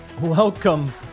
Welcome